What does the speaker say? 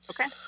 Okay